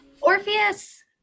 Orpheus